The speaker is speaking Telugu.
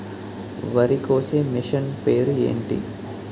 వరి కోసే మిషన్ పేరు ఏంటి